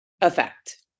effect